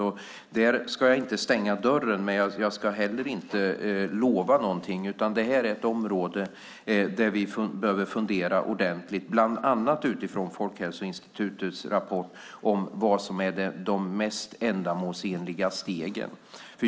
Jag ska inte stänga den dörren, men jag ska heller inte lova någonting. Detta är ett område som vi behöver fundera ordentligt på, bland annat utifrån Folkhälsoinstitutets rapport om vad som är de mest ändamålsenliga stegen.